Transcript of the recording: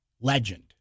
legend